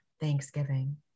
thanksgiving